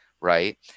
right